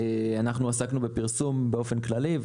עסקנו בפרסום באופן כללי,